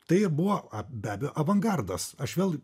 tai buvo be abejo avangardas aš vėl